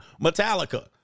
Metallica